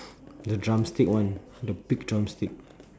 the drumstick one the big drumstick